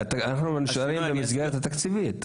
תקציבי, אנחנו נשארים במסגרת התקציבית.